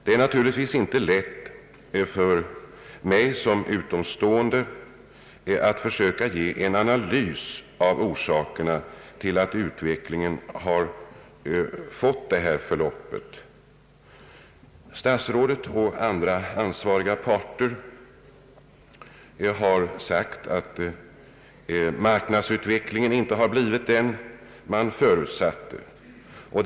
Det är naturligtvis inte lätt för mig som utomstående att försöka ge en analys av orsakerna till att utvecklingen har fått detta förlopp. Statsrådet och andra ansvariga parter har sagt att marknadsutvecklingen inte har blivit den man förutsatte.